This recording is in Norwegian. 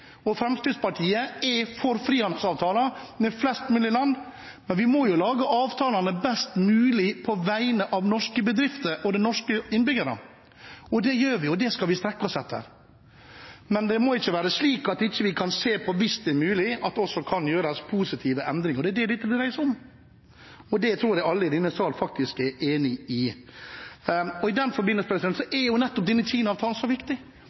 viktige. Fremskrittspartiet er for frihandelsavtaler med flest mulig land, men vi må lage avtalene best mulig på vegne av norske bedrifter og Norges innbyggere. Det gjør vi, og det skal vi strekke oss etter å gjøre. Men det må ikke være slik at vi ikke kan se på – hvis det er mulig – om det kan gjøres positive endringer. Det er det dette dreier seg om, og det tror jeg alle i denne salen er enige i. I den forbindelse er denne Kina-avtalen så viktig.